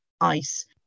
ice